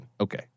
Okay